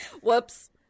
Whoops